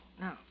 no